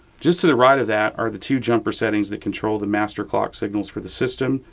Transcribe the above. just to the right of that are the two jumper settings that control the master clock signals for the system.